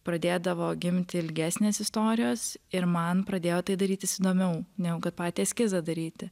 pradėdavo gimti ilgesnės istorijos ir man pradėjo tai darytis įdomiau negu kad patį eskizą daryti